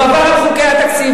הוא עבר על חוקי התקציב,